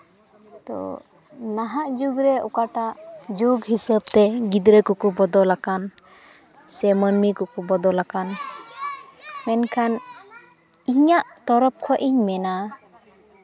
ᱛᱳ ᱱᱟᱦᱟᱜ ᱡᱩᱜᱽᱨᱮ ᱚᱠᱟᱴᱟᱜ ᱡᱩᱜᱽ ᱦᱤᱥᱟᱹᱵᱛᱮ ᱜᱤᱫᱽᱨᱟᱹ ᱠᱚᱠᱚ ᱵᱚᱫᱚᱞ ᱟᱠᱟᱱ ᱥᱮ ᱢᱟᱹᱱᱢᱤ ᱠᱚᱠᱚ ᱵᱚᱫᱚᱞ ᱟᱠᱟᱱ ᱢᱮᱱᱠᱷᱟᱱ ᱤᱧᱟᱹᱜ ᱛᱚᱨᱚᱯᱷ ᱠᱷᱚᱡ ᱤᱧ ᱢᱮᱱᱟ